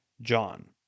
John